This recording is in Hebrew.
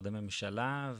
משרדי ממשלה,